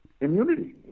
immunity